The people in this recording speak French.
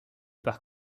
par